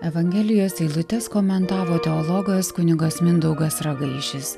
evangelijos eilutes komentavo teologas kunigas mindaugas ragaišis